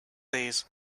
days